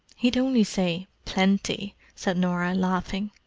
he'd only say plenty! said norah, laughing.